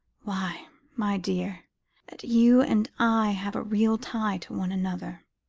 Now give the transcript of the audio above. why my dear that you and i have a real tie to one another.